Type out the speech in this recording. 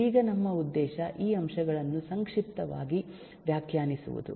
ಈಗ ನಮ್ಮ ಉದ್ದೇಶ ಈ ಅಂಶಗಳನ್ನು ಸಂಕ್ಷಿಪ್ತವಾಗಿ ವ್ಯಾಖ್ಯಾನಿಸುವುದು